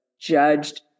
judged